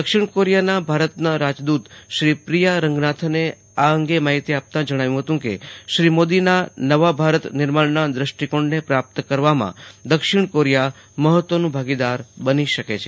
દક્ષિણ કોરીયાના ભારત રાજદૂત શ્રી પ્રિયા રંગ નાથ ને આ અંગે માહિતી આપતા જણાવ્યું ફતું કે શ્રી મોદી નાં નવા ભારત નિર્માણ નાં દ્રષ્ટી કોણ ને પ્રાપ્ત કરવામાં દક્ષિણ કોરિયા મફત્વ નું ભાગીદાર બની શકે છે